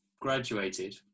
graduated